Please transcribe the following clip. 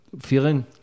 feeling